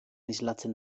islatzen